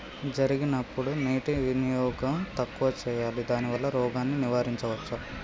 జరిగినప్పుడు నీటి వినియోగం తక్కువ చేయాలి దానివల్ల రోగాన్ని నివారించవచ్చా?